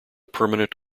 permanent